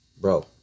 Bro